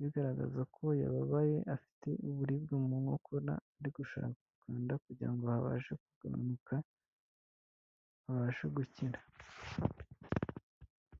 bigaragaza ko yababaye afite uburibwe mu nkokora ari gushaka gukanda kugira ngo habashe kugabanuka abashe gukira.